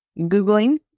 googling